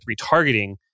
retargeting